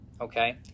Okay